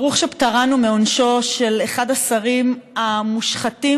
ברוך שפטרנו מעונשו של אחד השרים המושחתים